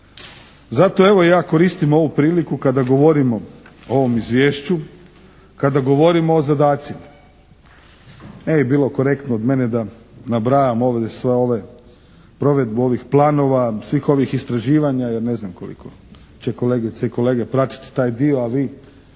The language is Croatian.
Zato evo ja koristim ovu priliku kada govorimo o ovom Izvješću, kada govorimo o zadacima. Ne bi bilo korektno od mene da nabrajam ovdje sve ove, provedbu ovih planova, svih ovih istraživanja jer ne znam koliko će kolegice i kolege pratiti taj dio, a vi